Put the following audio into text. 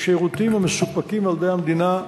משירותים המסופקים על-ידי המדינה.